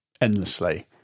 endlessly